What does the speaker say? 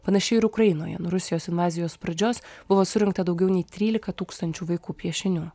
panašiai ir ukrainoje nuo rusijos invazijos pradžios buvo surinkta daugiau nei trylika tūkstančių vaikų piešinių